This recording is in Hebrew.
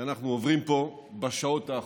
שאנחנו עוברים פה בשעות האחרונות,